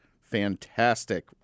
fantastic